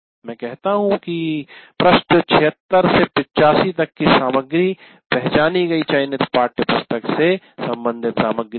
मैं कहता हूं कि पृष्ठ 76 से 85 तक की सामग्री पहचानी गई चयनित पाठ्यपुस्तक से संबंधित सामग्री है